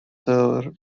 their